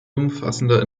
umfassender